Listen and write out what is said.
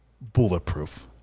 bulletproof